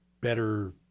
better